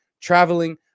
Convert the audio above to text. traveling